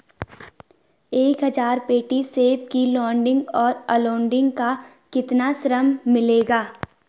एक हज़ार पेटी सेब की लोडिंग और अनलोडिंग का कितना श्रम मिलेगा?